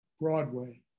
Broadway